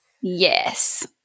Yes